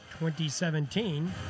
2017